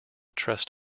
trust